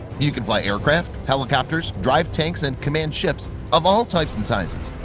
you can fly aircraft, helicopters, drive tanks and command ships of all types and sizes,